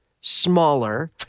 smaller